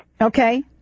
Okay